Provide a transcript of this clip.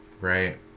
Right